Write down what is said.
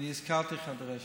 אני הזכרתי חדרי שירותים.